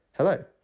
Hello